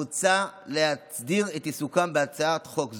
מוצע להסדיר את עיסוקם בהצעת חוק זו.